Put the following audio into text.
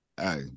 Hey